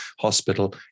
hospital